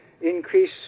Increase